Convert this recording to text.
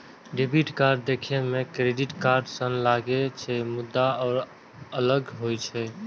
debit card देखै मे credit card सन लागै छै, मुदा ओ अलग होइ छै